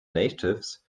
natives